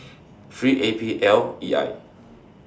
three A P L E I